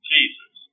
Jesus